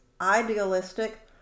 idealistic